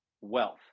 wealth